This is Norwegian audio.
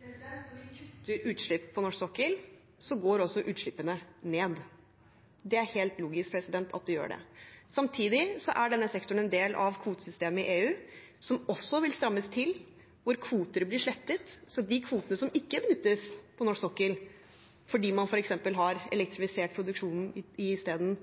vi kutter utslipp på norsk sokkel, går også utslippene ned. Det er helt logisk at de gjør det. Samtidig er denne sektoren en del av kvotesystemet i EU, som også vil strammes til, hvor kvoter blir slettet. De kvotene som ikke benyttes på norsk sokkel fordi man f.eks. har elektrifisert produksjonen isteden,